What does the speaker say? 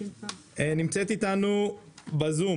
נמצאת איתנו בזום